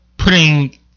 Putting